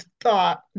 thought